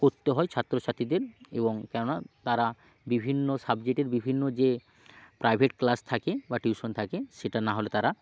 করতে হয় ছাত্রছাত্রীদের এবং কেননা তারা বিভিন্ন সাবজেক্টের বিভিন্ন যে প্রাইভেট ক্লাস থাকে বা টিউশন থাকে সেটা নাহলে তারা